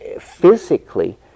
Physically